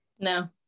no